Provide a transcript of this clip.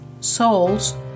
souls